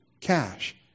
cash